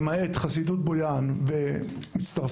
למעט חסידות בויאן ומצטרפים,